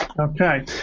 okay